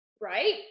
right